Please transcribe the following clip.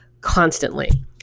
constantly